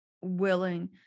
willing